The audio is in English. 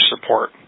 support